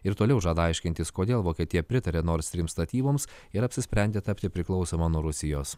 ir toliau žada aiškintis kodėl vokietija pritarė nors trims statyboms ir apsisprendė tapti priklausoma nuo rusijos